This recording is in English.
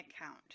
account